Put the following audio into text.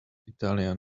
italian